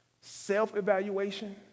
self-evaluation